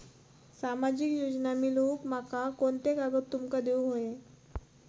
सामाजिक योजना मिलवूक माका कोनते कागद तुमका देऊक व्हये?